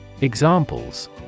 Examples